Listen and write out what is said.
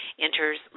enters